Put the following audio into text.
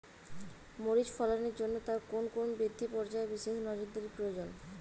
মরিচ ফলনের জন্য তার কোন কোন বৃদ্ধি পর্যায়ে বিশেষ নজরদারি প্রয়োজন?